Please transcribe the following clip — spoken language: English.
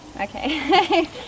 okay